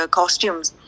costumes